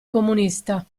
comunista